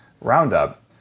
roundup